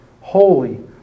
holy